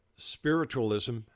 Spiritualism